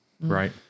Right